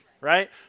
right